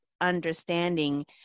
understanding